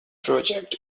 project